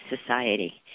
society